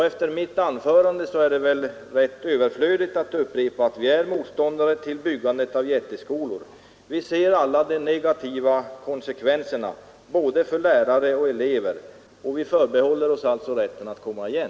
Efter mitt anförande är det väl också överflödigt att upprepa att vi är motståndare till byggandet av jätteskolor. Vi inser alla de negativa konsekvenserna därav, både för lärare och för elever, och vi förbehåller oss alltså rätten att komma igen.